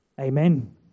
Amen